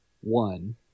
One